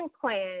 plan